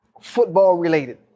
football-related